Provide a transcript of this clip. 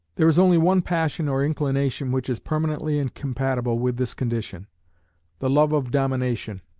there is only one passion or inclination which is permanently incompatible with this condition the love of domination,